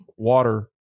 Water